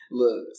look